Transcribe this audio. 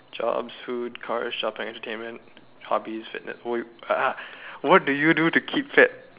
jobs food cars shopping entertainment hobbies fitness what you ah what do you do to keep fit